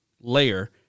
layer